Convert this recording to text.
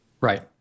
Right